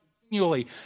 continually